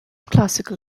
classical